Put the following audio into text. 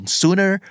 sooner